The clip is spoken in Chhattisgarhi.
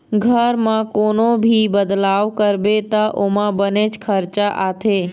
घर म कोनो भी बदलाव करबे त ओमा बनेच खरचा आथे